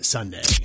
Sunday